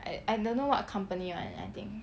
I I don't know what company [one] I think